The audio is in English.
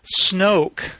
Snoke